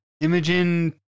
Imogen